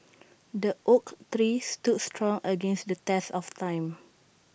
the oak three stood strong against the test of time